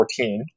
14